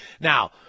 Now